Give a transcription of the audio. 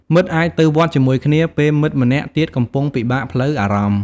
មិត្តអាចទៅវត្តជាមួយគ្នា ពេលមិត្តម្នាក់ទៀតកំពុងពិបាកផ្លូវអារម្មណ៍។